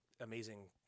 amazing